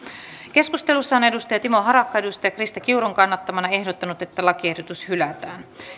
keskustelussa on timo harakka krista kiurun kannattamana ehdottanut että lakiehdotus hylätään